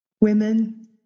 women